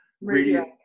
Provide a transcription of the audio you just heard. radio